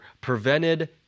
prevented